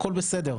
הכל בסדר.